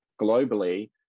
globally